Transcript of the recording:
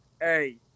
hey